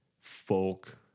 folk